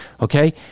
Okay